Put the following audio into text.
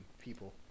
people